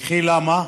ולמה?